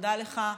ותודה לך,